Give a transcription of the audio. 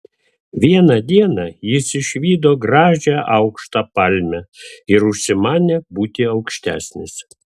vieną dieną jis išvydo gražią aukštą palmę ir užsimanė būti aukštesnis